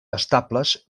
estables